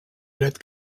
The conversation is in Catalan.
dret